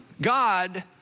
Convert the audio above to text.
God